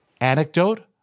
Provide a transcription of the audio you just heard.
Anecdote